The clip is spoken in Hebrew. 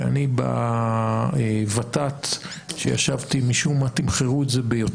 שאני כשישבתי בוות"ת, משום מה תמחרו את זה ביותר,